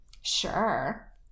Sure